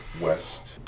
west